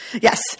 Yes